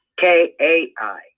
K-A-I